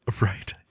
Right